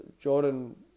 Jordan